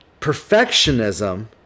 perfectionism